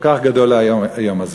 כל כך גדול היום הזה.